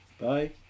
bye